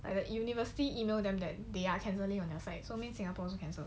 like the university email them that they are cancelling on their side so mean singapore is cancelled